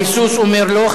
ההיסוס אומר: לא.